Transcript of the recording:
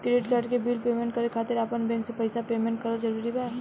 Credit card के bill payment करे खातिर आपन बैंक से पईसा पेमेंट करल जरूरी बा?